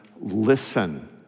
listen